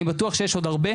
אני בטוח שיש עוד הרבה,